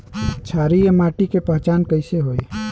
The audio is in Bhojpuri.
क्षारीय माटी के पहचान कैसे होई?